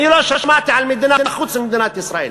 אני לא שמעתי על מדינה, חוץ ממדינת ישראל.